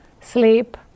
sleep